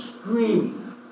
screaming